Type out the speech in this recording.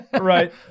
Right